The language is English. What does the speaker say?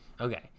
okay